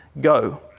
go